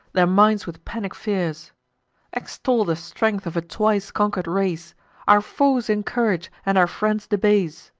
their minds with panic fears extol the strength of a twice-conquer'd race our foes encourage, and our friends debase.